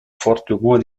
fortement